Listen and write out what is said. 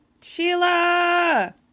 Sheila